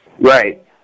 Right